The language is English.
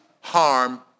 harm